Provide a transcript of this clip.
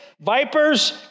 vipers